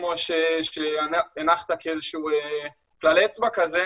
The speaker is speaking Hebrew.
כמו שהנחת כאיזה שהוא כלל אצבע כזה,